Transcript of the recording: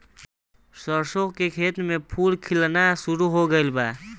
सरसों के खेत में फूल खिलना शुरू हो गइल बा